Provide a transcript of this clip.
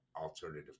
alternative